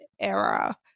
era